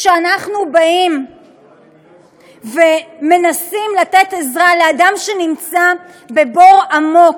כשאנחנו באים ומנסים לתת עזרה לאדם שנמצא בבור עמוק,